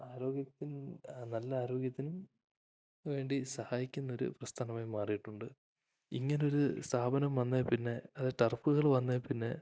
ആരോഗ്യത്തിനു നല്ല ആരോഗ്യത്തിനും വേണ്ടി സഹായിക്കുന്നൊരു പ്രസ്ഥാനമായി മാറിയിട്ടുണ്ട് ഇങ്ങനൊരു സ്ഥാപനം വന്നതില്പ്പിന്നെ അതായത് ടർഫുകൾ വന്നതില്പ്പിന്നെ